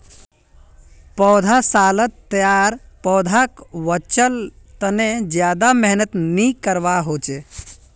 पौधसालात तैयार पौधाक बच्वार तने ज्यादा मेहनत नि करवा होचे